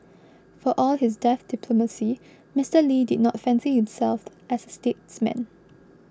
for all his deft diplomacy Mister Lee did not fancy himself as a statesman